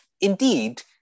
indeed